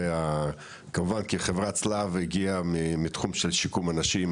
כמובן חברת סלו הגיע מתחום של שיקום אנשים,